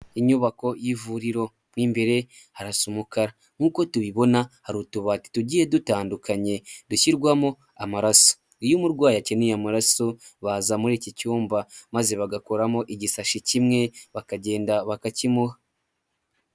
Inyubako y'ivuriro mo imbere harasa umukara, nk'uko tubibona hari utubati tugiye dutandukanye dushyirwamo amaraso iyo umurwayi akeneye amaraso baza muri iki cyumba maze bagakuramo igisashi kimwe bakagenda bakakimuha.